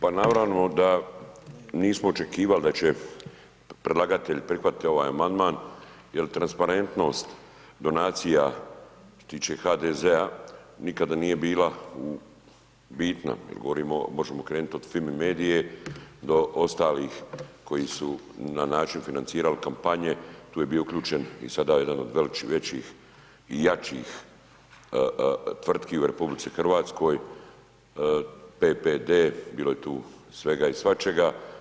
Pa naravno da nismo očekivali da će predlagatelj prihvatiti ovaj amandman jer transparentnost donacija što se tiče HDZ-a nikada nije bila bitna, jer govorimo, možemo krenuti od FIMI MEDIA-e, do ostalih koji su na način financirali kampanje, tu je bio uključen i sada jedan od većih i jačih tvrtki u RH, PPD, bilo je tu svega i svačega.